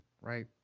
right